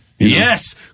Yes